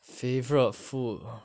favourite food